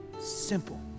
simple